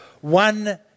One